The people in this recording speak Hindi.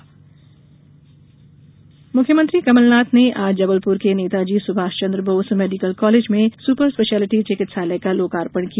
लोकार्पण मुख्यमंत्री कमलनाथ ने आज जबलपुर के नेताजी सुभाषचंद्र बोस मेडिकल कॉलेज में सुपर स्पेशिलिटी चिकित्सालय का लोकार्पण किया